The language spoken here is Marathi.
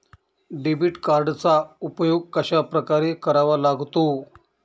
डेबिट कार्डचा उपयोग कशाप्रकारे करावा लागतो?